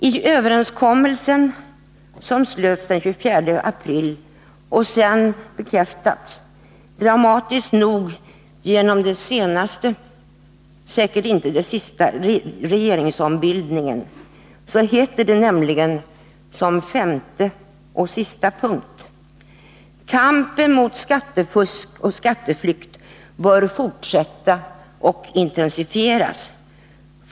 I överenskommelsen, som slöts den 24 april och sedan bekräftats — dramatiskt nog genom den senaste men säkert inte sista regeringsombildningen — heter det nämligen som femte och sista punkt: Kampen mot skattefusk och skatteflykt bör fortsätta och intensifieras.